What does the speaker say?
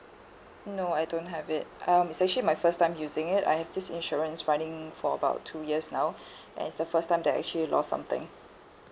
no I don't have it um it's actually my first time using it I have this insurance running for about two years now and it's the first time that I actually lost something